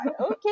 Okay